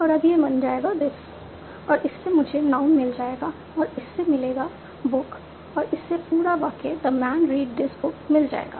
और अब यह बन जाएगा दिस और इससे मुझे नाउन मिल जाएगा और इससे मिलेगा बुक और इससे पूरा वाक्य the man read this book मिल जाएगा